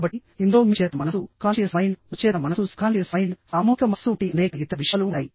కాబట్టి ఇందులో మీ చేతన మనస్సు ఉపచేతన మనస్సు సామూహిక మనస్సు వంటి అనేక ఇతర విషయాలు ఉంటాయి